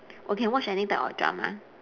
oh you can watch any type of drama